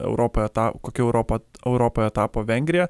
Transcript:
europoje ta kokia europa europoje tapo vengrija